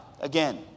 again